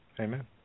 Amen